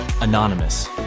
Anonymous